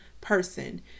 person